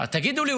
אז תגידו לי,